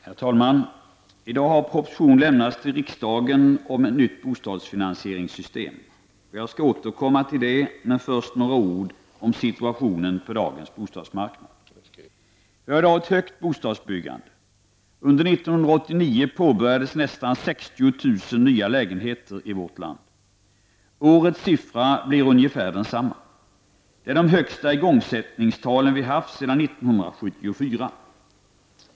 Herr talman! I dag har proposition lämnats till riksdagen om ett nytt bostadsfinansieringssystem. Jag skall återkomma till detta, men först några ord om situationen på dagens bostadsmarknad. Vi har i dag ett högt bostadsbyggande. Under 1989 påbörjades nästan 60 000 nya lägenheter i vårt land. Årets siffra blir ungefär densamma. Det är de högsta igångsättningstalen sedan 1974.